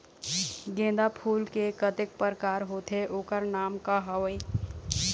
गेंदा फूल के कतेक प्रकार होथे ओकर नाम का हवे?